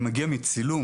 אני מגיע מצילום,